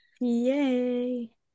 Yay